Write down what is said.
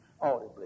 audibly